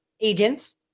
agents